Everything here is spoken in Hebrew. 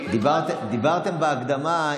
דיברתם בהקדמה,